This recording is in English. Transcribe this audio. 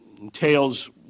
entails